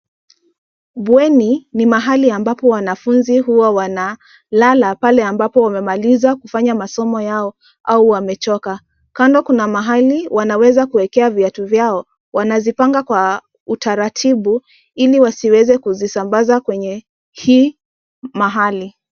Bweni ni mahali ambapo wanafunzi huwa wana lala pale ambapo wamemaliza kufanya masomo yao au wamechoka. Kando kuna mahali wanaweza kuwekea viatu vyao wanazipanga kwa utaratibu ili wasiweze kuzisambaza kwenye hii mahali.